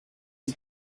die